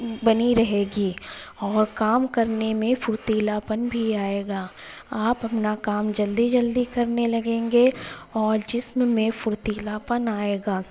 بنی رہے گی اور کام کرنے میں پھرتیلاپن بھی آئے گا آپ اپنا کام جلدی جلدی کرنے لگیں گے اور جسم میں پھرتیلاپن آئے گا